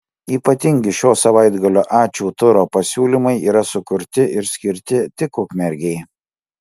ypatingi šio savaitgalio ačiū turo pasiūlymai yra sukurti ir skirti tik ukmergei